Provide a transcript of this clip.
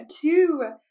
two